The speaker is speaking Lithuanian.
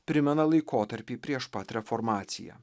primena laikotarpį prieš pat reformaciją